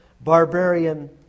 barbarian